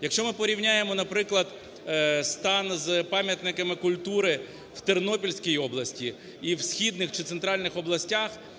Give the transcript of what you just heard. Якщо ми порівняємо, наприклад, стан з пам'ятниками культури в Тернопільській області і в східних чи центральних областях,